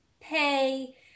pay